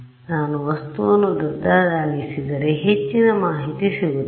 ನಾನು ವಸ್ತುವನ್ನು ದೊಡ್ಡದಾಗಿಸಿದರೆ ಹೆಚ್ಚಿನ ಮಾಹಿತಿ ಸಿಗುತ್ತದೆ